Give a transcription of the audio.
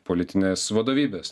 politinės vadovybės